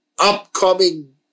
Upcoming